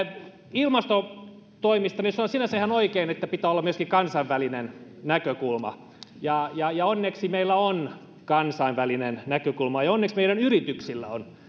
ilmastotoimista on sinänsä ihan oikein että pitää olla myöskin kansainvälinen näkökulma ja ja onneksi meillä on kansainvälinen näkökulma ja onneksi meidän yrityksillä on